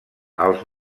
els